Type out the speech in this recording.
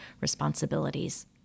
responsibilities